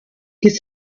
his